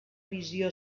visió